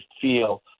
feel